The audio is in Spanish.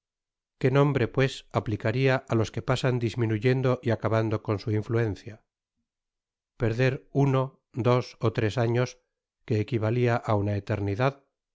qué nombre pues aplicaria á los que pasan disminuyendo y acabando con su influencia perder uno dos ó tres años que equivalia á una eternidad